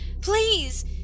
please